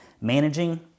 Managing